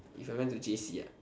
if I went to j_c ah